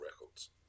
records